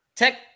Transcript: Tech